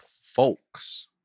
folks